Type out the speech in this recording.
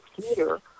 Theater